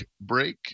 break